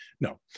No